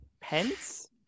Pence